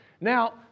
Now